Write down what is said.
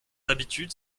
habitude